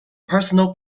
personal